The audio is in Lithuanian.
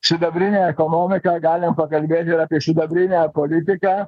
sidabrinę ekonomiką galim pakalbėt ir apie sidabrinę politiką